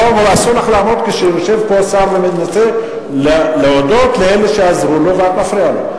אסור לך לעמוד כשיושב פה שר ומנסה להודות לאלה שעזרו לו ואת מפריעה לו.